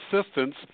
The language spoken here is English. assistance